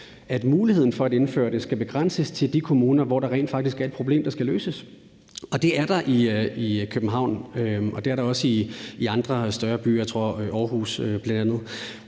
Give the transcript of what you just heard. at muligheden for at indføre det skal begrænses til de kommuner, hvor der rent faktisk er et problem, der skal løses, og det er der i København, og det er der også i andre større byer – jeg tror bl.a.